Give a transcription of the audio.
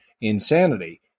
insanity